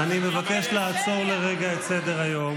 חברי הכנסת, אני מבקש לעצור לרגע את סדר-היום.